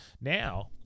Now